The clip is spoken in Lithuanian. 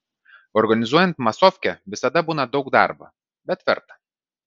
organizuojant masofkę visada būna daug darbo bet verta